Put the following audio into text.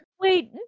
wait